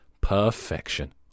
perfection